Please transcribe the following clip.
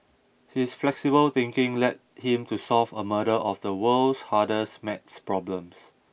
his flexible thinking led him to solve a of the world's hardest math problems